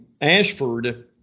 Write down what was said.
Ashford